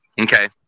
Okay